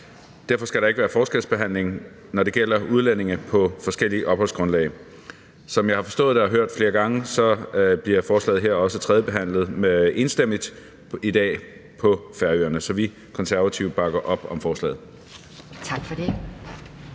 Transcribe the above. derfor skal der ikke være forskelsbehandling, når det gælder udlændinge på forskellige opholdsgrundlag. Som jeg har forstået det og har hørt flere gange, bliver forslaget her også tredjebehandlet med enstemmig vedtagelse i dag på Færøerne. Så vi i Konservative bakker op om forslaget.